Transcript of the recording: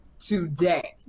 today